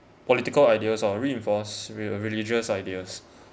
political ideas or reinforce re~ religious ideas